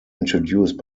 introduced